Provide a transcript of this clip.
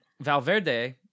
Valverde